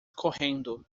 correndo